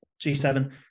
G7